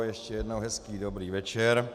Ještě jednou hezký dobrý večer.